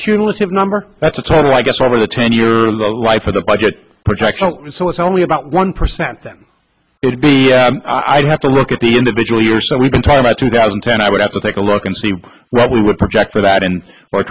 cumulative number that's a total i guess over the ten year life of the budget projection so it's only about one percent then it would be i'd have to look at the individual year so we can talk about two thousand and ten i would have to take a look and see what we would project for that